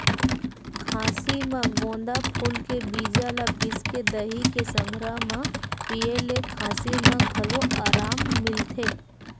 खाँसी म गोंदा फूल के बीजा ल पिसके दही के संघरा म पिए ले खाँसी म घलो अराम मिलथे